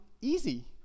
easy